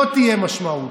לא תהיה משמעות.